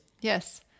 Yes